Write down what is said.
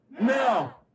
Now